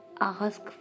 ask